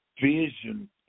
vision